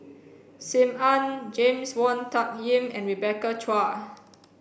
Sim Ann James Wong Tuck Yim and Rebecca Chua